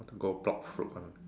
I want to go pluck fruit one